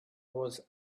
was